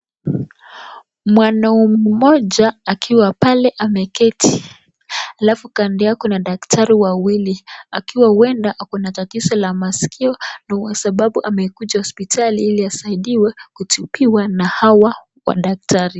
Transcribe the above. Mwanaume moja akiwa pale ameketi, alafu kando yao kuna daktari wawili akiwa uenda ako na tatizo la maskio kwa sababu amekuja hospitali iliasidiwe kutibiwa na hawa madaktari.